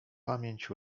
pamięć